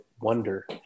wonder